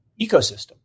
ecosystem